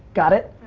got it?